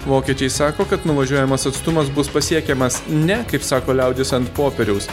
vokiečiai sako kad nuvažiuojamas atstumas bus pasiekiamas ne kaip sako liaudis ant popieriaus